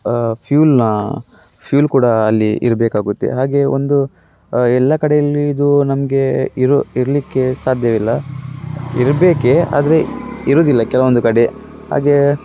ಫ್ಯೂಲಿನ fuel ಕೂಡ ಅಲ್ಲಿ ಇರಬೇಕಾಗುತ್ತೆ ಹಾಗೇ ಒಂದು ಎಲ್ಲ ಕಡೆಯಲ್ಲಿ ಇದು ನಮಗೆ ಇರು ಇರಲಿಕ್ಕೆ ಸಾಧ್ಯವಿಲ್ಲ ಇರ್ಬೇಕು ಆದರೆ ಇರುವುದಿಲ್ಲ ಕೆಲವೊಂದು ಕಡೆ ಹಾಗೆ